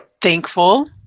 thankful